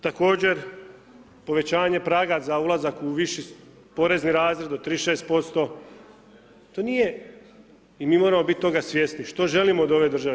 Također povećanje praga za ulazak u viši porezni razred od 36%, to nije, i mi moramo biti toga svjesni, što želimo od ove države.